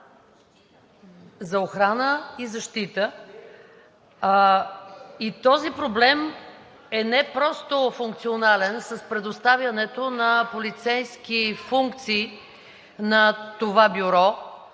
За охрана и защита. Този проблем не е просто функционален с предоставянето на полицейски функции на това бюро,